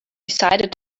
decided